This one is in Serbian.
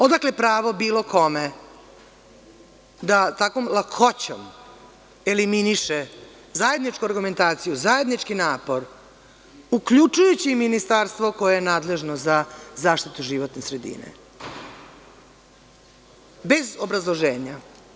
Odakle pravo bilo kome da takvom lakoćom eleminiše zajedničku argumentaciju, zajednički napor, uključujući i ministarstvo koje je nadležno za zaštitu životne sredine bez obrazloženja.